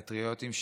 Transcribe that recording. פטריוטים,